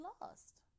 lost